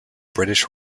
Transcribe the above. british